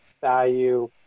value